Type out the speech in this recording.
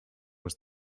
was